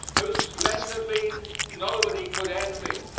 whose slender means nobody could envy.